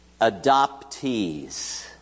adoptees